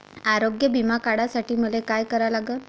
आरोग्य बिमा काढासाठी मले काय करा लागन?